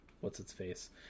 What's-its-face